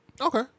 Okay